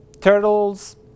turtles